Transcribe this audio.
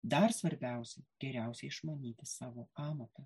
dar svarbiausia geriausiai išmanyti savo amatą